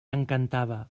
encantava